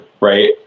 right